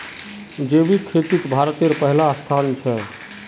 जैविक खेतित भारतेर पहला स्थान छे